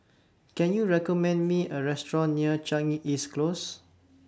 Can YOU recommend Me A Restaurant near Changi East Close